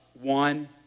one